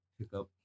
pickup